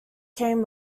came